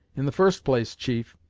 in the first place, chief,